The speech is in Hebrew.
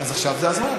אז עכשיו זה הזמן.